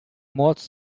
motos